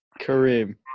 Kareem